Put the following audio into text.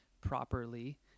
properly